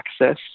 access